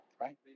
right